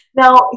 Now